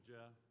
Jeff